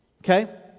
Okay